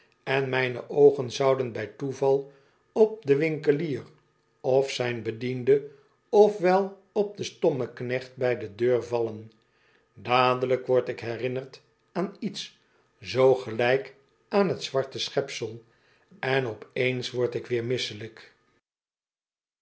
en mijne oogen zouden bij toeval op den winkelier of zijn bediende of wel op den stommeknecht bij de deur vallen dadelijk word ik herinnerd aan iets zoo gelyk aan t zwarte schepsel en op eens word ik weer misselijk